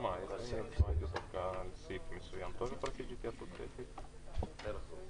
כרגע סיימנו את ההקראה של סעיף 1. עוברים ל-2.